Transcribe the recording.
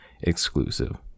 Exclusive